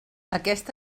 aquest